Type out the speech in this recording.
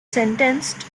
sentenced